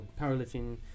powerlifting